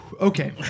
Okay